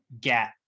get